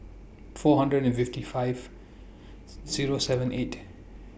four hundred and fifty five Zero seven eight